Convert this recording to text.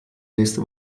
nächste